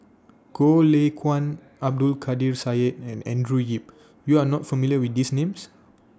Goh Lay Kuan Abdul Kadir Syed and Andrew Yip YOU Are not familiar with These Names